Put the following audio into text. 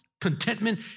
contentment